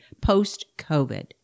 post-COVID